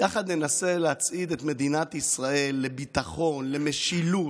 ננסה להצעיד את מדינת ישראל לביטחון, למשילות.